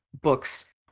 books